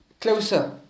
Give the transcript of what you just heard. closer